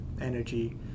energy